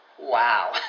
wow